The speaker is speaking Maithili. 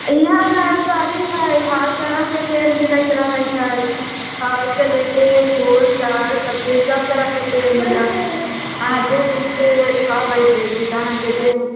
इहाँ नर्सरी हय हर तरहकेँ पेड़ मिलैत रहैत छै फल से लेके फूल सब्जी सभ तरहकेँ अहाँ जे चीज कहबै से चीज अहाँकेँ देम